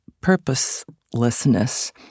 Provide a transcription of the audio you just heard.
purposelessness